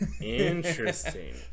Interesting